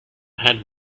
had